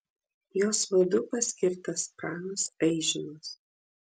jos vadu paskirtas pranas aižinas